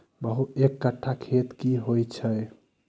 एक कट्ठा खेत की होइ छै?